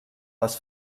les